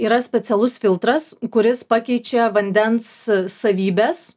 yra specialus filtras kuris pakeičia vandens savybes